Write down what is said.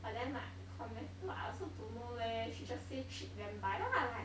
but then like Cornetto I also don't know leh she just say cheap then buy then I like